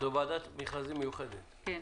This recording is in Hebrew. זו ועדת מכרזים מיוחדת.